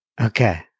Okay